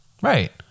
Right